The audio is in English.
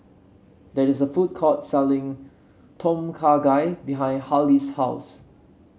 there is a food court selling Tom Kha Gai behind Haley's house